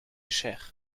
cher